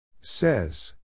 Says